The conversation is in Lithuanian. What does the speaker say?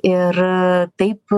ir taip